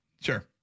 sure